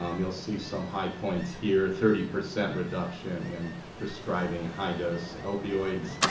um you'll see some high points here, thirty percent reduction in prescribing high-dose opioids.